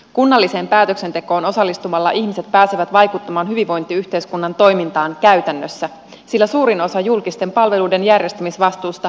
kunnalliseen päätöksentekoon osallistumalla ihmiset pääsevät vaikuttamaan hyvinvointiyhteiskunnan toimintaan käytännössä sillä suurin osa julkisten palveluiden järjestämisvastuusta kuuluu kunnille